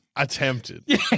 Attempted